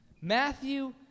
Matthew